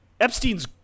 Epstein's